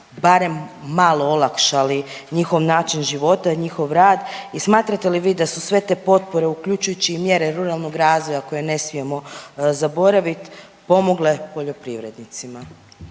barem malo olakšali njihov način života i njihov rad. I smatrate li vi da su sve te potpore uključujući i mjere ruralnog razvoja koje ne smijemo zaboravit pomogle poljoprivrednicima?